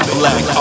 black